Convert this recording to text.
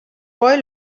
boy